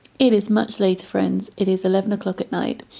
it is much later friends, it is eleven o'clock at night,